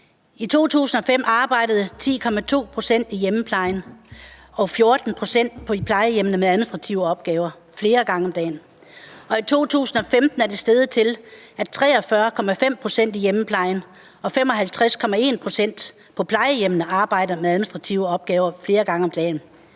I 2005 arbejdede 10,2 pct. i hjemmeplejen og 14 pct. på plejehjemmene med administrative opgaver flere gange om dagen, og i 2015 er det steget til, at 43,5 pct. i hjemmeplejen og 55,1 pct. på plejehjemmene arbejder med administrative opgaver flere gange om dagen.